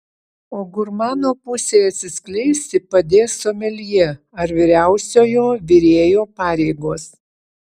o gurmano pusei atsiskleisti padės someljė ar vyriausiojo virėjo pareigos